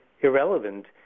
irrelevant